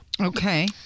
Okay